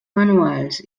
manuals